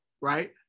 right